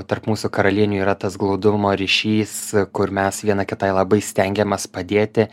tarp mūsų karalienių yra tas glaudumo ryšys kur mes viena kitai labai stengiamės padėti